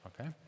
Okay